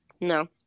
no